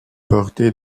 portée